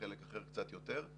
בחלק אחר קצת יותר,